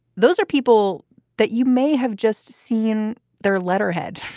those are people that you may have just seen their letterhead,